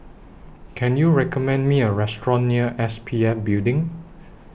Can YOU recommend Me A Restaurant near S P F Building